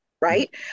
right